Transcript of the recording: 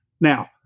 Now